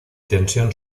tensión